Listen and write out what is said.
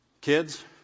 kids